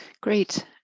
Great